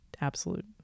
absolute